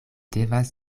devas